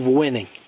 winning